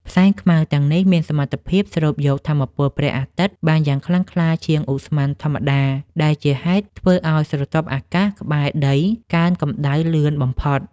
ផ្សែងខ្មៅទាំងនេះមានសមត្ថភាពស្រូបយកថាមពលព្រះអាទិត្យបានយ៉ាងខ្លាំងក្លាជាងឧស្ម័នធម្មតា ដែលជាហេតុធ្វើឱ្យស្រទាប់អាកាសក្បែរដីកើនកម្ដៅលឿនបំផុត។